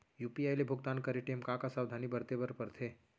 UPI ले भुगतान करे टेम का का सावधानी बरते बर परथे